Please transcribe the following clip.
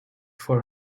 for